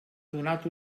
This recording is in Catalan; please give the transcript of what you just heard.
donat